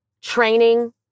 training